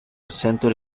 century